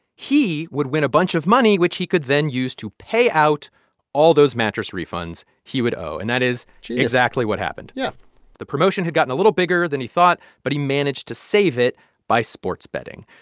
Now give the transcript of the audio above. he would win a bunch of money, which he could then use to pay out all those mattress refunds he would owe. and that is exactly what happened yeah the promotion had gotten a little bigger than he thought, but he managed to save it by sports betting.